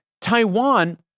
Taiwan